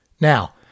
Now